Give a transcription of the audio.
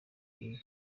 iyi